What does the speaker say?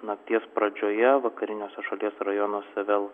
nakties pradžioje vakariniuose šalies rajonuose vėl